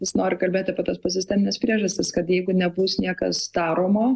visi nori kalbėt apie tas posistemines priežastis kad jeigu nebus niekas daroma